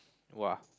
!woah!